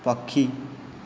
ପକ୍ଷୀ